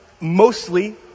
mostly